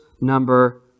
number